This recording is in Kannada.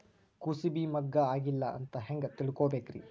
ಕೂಸಬಿ ಮುಗ್ಗ ಆಗಿಲ್ಲಾ ಅಂತ ಹೆಂಗ್ ತಿಳಕೋಬೇಕ್ರಿ?